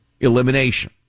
elimination